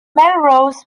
melrose